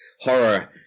horror